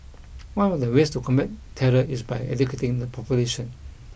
one of the ways to combat terror is by educating the population